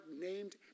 named